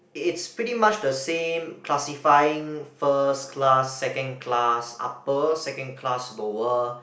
it's pretty much the same classifying first class second class upper second class lower